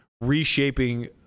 reshaping